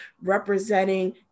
representing